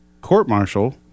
court-martial